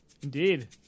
Indeed